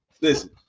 Listen